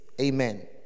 Amen